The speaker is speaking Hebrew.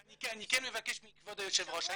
אבל אני כן מבקש מכבוד היושב ראש,